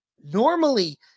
Normally